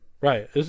Right